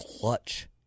clutch